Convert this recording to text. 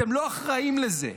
אתם לא אחראים לזה.